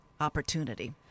opportunity